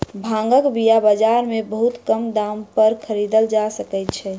भांगक बीया बाजार में बहुत कम दाम पर खरीदल जा सकै छै